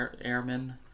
airmen